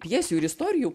pjesių ir istorijų